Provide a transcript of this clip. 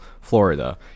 Florida